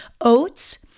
Oats